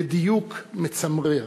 בדיוק מצמרר,